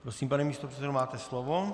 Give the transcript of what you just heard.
Prosím, pane místopředsedo, máte slovo.